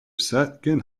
second